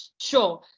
Sure